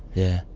yeah.